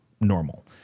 normal